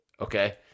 Okay